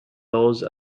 those